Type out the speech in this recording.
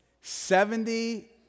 seventy